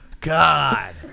God